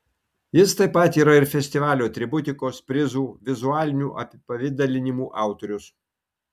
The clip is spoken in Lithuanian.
jis taip pat yra ir festivalio atributikos prizų vizualinių apipavidalinimų autorius